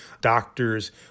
doctors